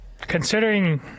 Considering